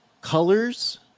colors